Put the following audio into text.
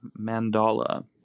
Mandala